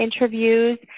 interviews